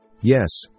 Yes